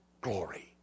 glory